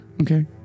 Okay